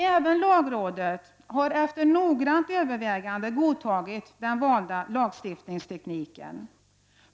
Även lagrådet har efter noggrant övervägande godtagit den valda lagstiftningstekniken.